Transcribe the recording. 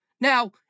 Now